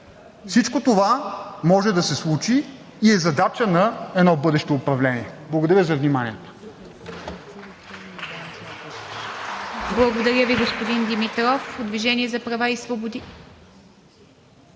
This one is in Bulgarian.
Всичко това може да се случи и е задача на едно бъдещо управление. Благодаря за вниманието.